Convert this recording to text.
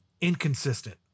inconsistent